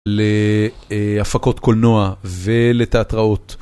להפקות קולנוע ולתיאטראות.